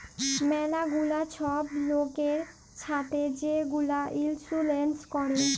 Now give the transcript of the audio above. ম্যালা গুলা ছব লয়কের ছাথে যে গুলা ইলসুরেল্স ক্যরে